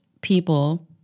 people